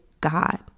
God